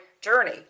journey